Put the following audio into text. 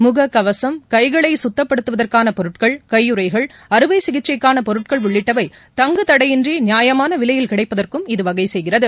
முகக்கவசம் கைகளை சுத்தப்படுத்துவதற்கான பொருட்கள் கையுறைகள் அறுவை சிகிச்சைக்கான பொருட்கள் உள்ளிட்டவை தங்கு தடையின்றி நியாயமான விலையில் கிடைப்பதற்கும் இது வகை செய்கிறது